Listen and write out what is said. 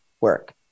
work